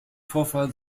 vorfall